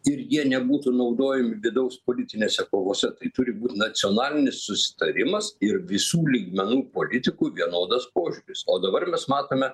ir jie nebūtų naudojami vidaus politinėse kovose tai turi būt nacionalinis susitarimas ir visų lygmenų politikų vienodas požiūris o dabar mes matome